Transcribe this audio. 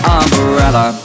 umbrella